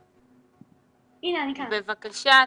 בבקשה,